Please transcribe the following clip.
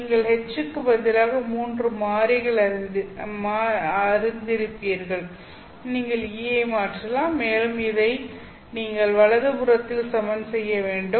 நீங்கள் H க்கு பதிலாக மூன்று மாறிகள் அறிந்திருப்பீர்கள் நீங்கள் E ஐ மாற்றலாம் மேலும் இதை நீங்கள் வலது புறத்தில் சமன் செய்ய வேண்டும்